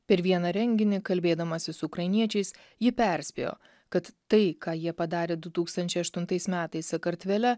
per vieną renginį kalbėdamasis su ukrainiečiais ji perspėjo kad tai ką jie padarė du tūkstančiai aštuntais metais sakartvele